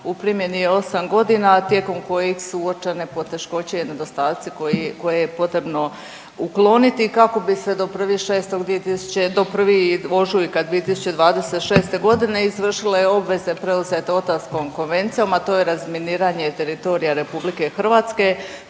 u primjeni je 8 godina, a tijekom kojih su uočene poteškoće i nedostatci koje je potrebno ukloniti kako bi se do 1. ožujka 2026. godine izvršile obveze preuzete Otavskom konvencijom, a to je razminiranje teritorija Republike Hrvatske.